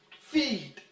Feed